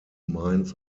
mines